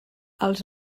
els